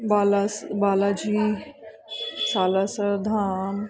ਬਾਲਾ ਸ ਬਾਲਾ ਜੀ ਸਾਲਾਸਰ ਧਾਮ